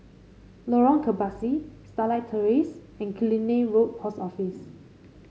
Lorong Kebasi Starlight Terrace and Killiney Road Post Office